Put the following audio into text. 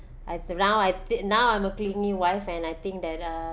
at around I thi~ now I'm a clingy wife and I think that uh